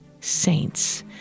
saints